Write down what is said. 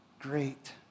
great